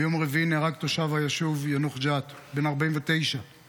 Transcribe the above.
ביום רביעי נהרג תושב הישוב יאנוח-ג'ת בן 49 בתאונת